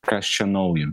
kas čia naujo